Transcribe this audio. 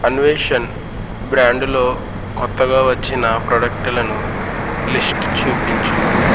అన్వేషణ్ బ్రాండులో కొత్తగా వచ్చిన ప్రాడక్టులను లిస్టు చూపించు